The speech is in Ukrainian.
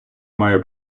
має